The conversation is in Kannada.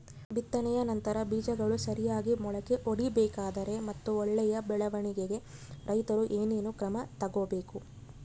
ಬಿತ್ತನೆಯ ನಂತರ ಬೇಜಗಳು ಸರಿಯಾಗಿ ಮೊಳಕೆ ಒಡಿಬೇಕಾದರೆ ಮತ್ತು ಒಳ್ಳೆಯ ಬೆಳವಣಿಗೆಗೆ ರೈತರು ಏನೇನು ಕ್ರಮ ತಗೋಬೇಕು?